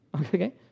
Okay